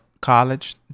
college